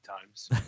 times